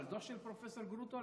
אבל הדוח של פרופ' גרוטו,